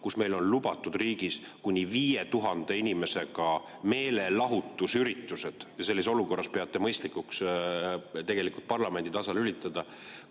kus meil on lubatud riigis kuni 5000 inimesega meelelahutusüritused. Sellises olukorras peate mõistlikuks parlamendi tasalülitada.